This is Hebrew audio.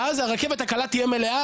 ואז הרכבת הקלה תהיה מלאה,